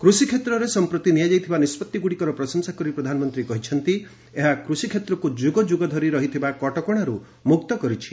କୃଷିକ୍ଷେତ୍ରରେ ସଂପ୍ରତି ନିଆଯାଇଥିବା ନିଷ୍କଭିଗୁଡ଼ିକର ପ୍ରଶଂସା କରି ପ୍ରଧାନମନ୍ତ୍ରୀ କହିଛନ୍ତି ଏହା କୃଷିକ୍ଷେତ୍ରକୁ ଯୁଗଯୁଗ ଧରି ରହିଥିବା କଟକଶାରୁ ମୁକ୍ତ କରିଛି